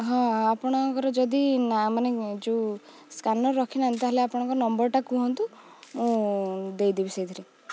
ହଁ ଆପଣଙ୍କର ଯଦି ନା ମାନେ ଯେଉଁ ସ୍କାନର ରଖି ନାହାଁନ୍ତି ତା'ହେଲେ ଆପଣଙ୍କ ନମ୍ବରଟା କୁହନ୍ତୁ ମୁଁ ଦେଇଦେବି ସେଇଥିରେ